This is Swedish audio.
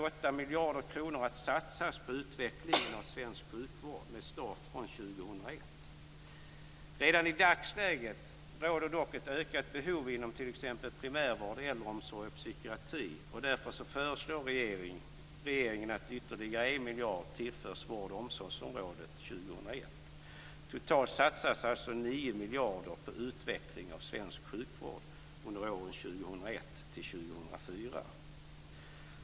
8 miljarder kronor att satsas på utveckling av svensk sjukvård med start från 2001. Redan i dagsläget råder dock ett ökat behov inom t.ex. primärvård, äldreomsorg och psykiatri. Därför föreslår regeringen att ytterligare 1 miljard tillförs vård och omsorgsområdet 2001. Totalt satsas alltså 9 miljarder på utveckling av svensk sjukvård under åren 2001-2004.